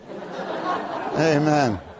Amen